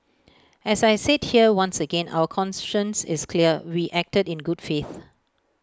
as I said here once again our conscience is clear we acted in good faith